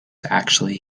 actually